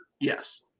yes